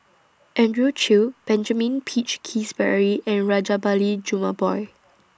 Andrew Chew Benjamin Peach Keasberry and Rajabali Jumabhoy